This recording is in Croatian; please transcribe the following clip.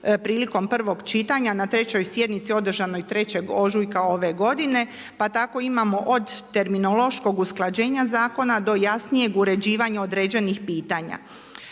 prilikom prvog čitanja na trećoj sjednici održanoj 3. ožujka ove godine, pa tako imamo od terminološkog usklađenja zakona do jasnijeg uređivanja određenih pitanja.